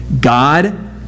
God